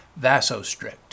Vasostrict